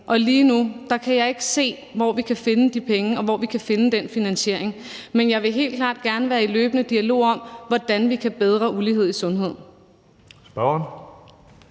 Og lige nu kan jeg ikke se, hvor vi kan finde de penge – hvor vi kan finde den finansiering. Men jeg vil helt klart gerne være i løbende dialog om, hvordan vi kan bedre det i forhold